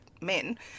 men